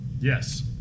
Yes